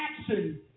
action